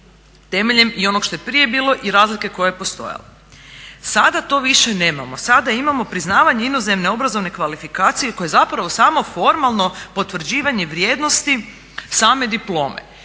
temeljem i onog što je prije bilo i razlike koja je postojala. Sada to više nemamo, sada imamo priznavanje inozemne obrazovne kvalifikacije koja je zapravo samo formalno potvrđivanje vrijednosti same diplome.